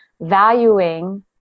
valuing